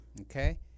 Okay